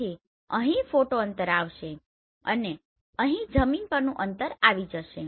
તેથી અહીં ફોટો અંતર આવશે અને અહીં જમીનનું અંતર આવી જશે